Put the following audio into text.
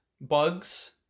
bugs